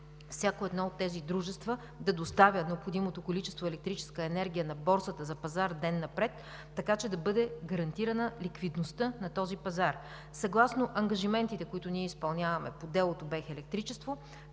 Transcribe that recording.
всяко едно от тези дружества да доставя необходимото количество електрическа енергия на борсата за пазар ден напред, така че да бъде гарантирана ликвидността на този пазар. Съгласно ангажиментите, които ние изпълняваме по делото „БЕХ Електричество“,